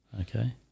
Okay